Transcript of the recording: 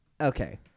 Okay